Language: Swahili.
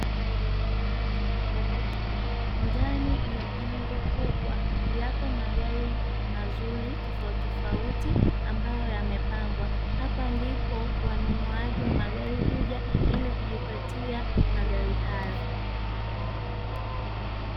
Ndani ya jengo kubwa yapo magari mazuri tofauti tofauti ambalo yamepangwa, hapa ndipo wanunuaji wa magari huja ili kujipatia magari hayo.